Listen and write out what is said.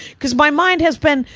cause my mind has been,